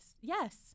Yes